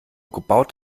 gebaut